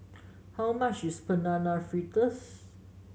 how much is Banana Fritters